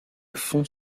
fonds